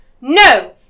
No